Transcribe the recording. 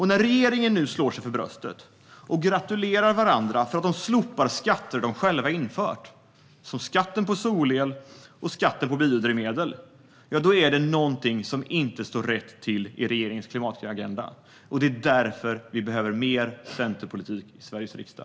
När regeringen nu slår sig för bröstet och gratulerar varandra för att de slopar skatter som de själva infört, som skatten på solel och på biodrivmedel, är det något som inte står rätt till i regeringens klimatagenda. Det är därför vi behöver mer centerpolitik i Sveriges riksdag.